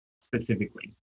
specifically